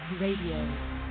Radio